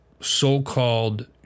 so-called